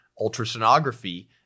ultrasonography